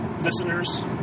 listeners